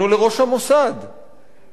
ומהמקום שבו אני נמצא,